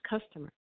customer